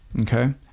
Okay